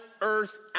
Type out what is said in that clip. earth